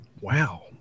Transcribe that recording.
Wow